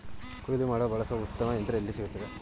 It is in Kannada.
ಕುಯ್ಲು ಮಾಡಲು ಬಳಸಲು ಉತ್ತಮ ಯಂತ್ರ ಎಲ್ಲಿ ಸಿಗುತ್ತದೆ?